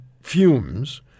fumes